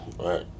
Right